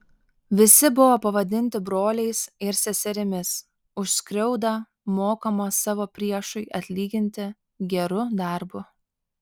visi buvo pavadinti broliais ir seserimis už skriaudą mokoma savo priešui atlyginti geru darbu